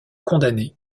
condamnés